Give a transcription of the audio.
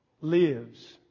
lives